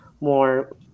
more